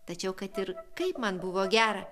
tačiau kad ir kaip man buvo gera